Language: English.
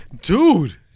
Dude